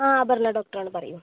ആ പറഞ്ഞോ ഡോക്ടറാണ് പറയൂ